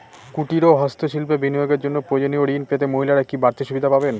কুটীর ও হস্ত শিল্পে বিনিয়োগের জন্য প্রয়োজনীয় ঋণ পেতে মহিলারা কি বাড়তি সুবিধে পাবেন?